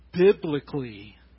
biblically